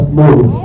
move